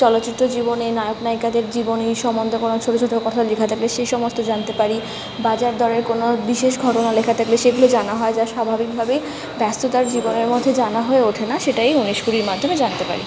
চলচ্চিত্র জীবনে নায়ক নায়িকাদের জীবনী সম্বন্ধে কোনও ছোট ছোট কথা লেখা থাকলে সে সমস্ত জানতে পারি বাজার দরের কোনও বিশেষ ঘটনা লেখা থাকলে সেগুলো জানা হয় যা স্বাভাবিকভাবেই ব্যস্ততার জীবনের মধ্যে জানা হয়ে ওঠে না সেটাই উনিশ কুড়ির মাধ্যমে জানতে পারি